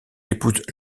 épouse